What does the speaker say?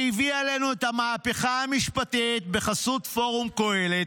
שהביא עלינו את המהפכה המשפטית בחסות פורום קהלת,